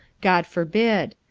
god forbid.